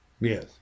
Yes